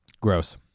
Gross